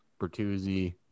Bertuzzi